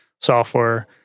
software